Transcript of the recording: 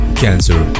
cancer